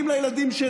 צריך לצעוק חמש פעמים.